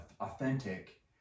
authentic